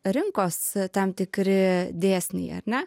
rinkos tam tikri dėsniai ar ne